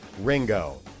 Ringo